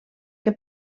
que